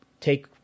take